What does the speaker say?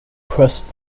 crust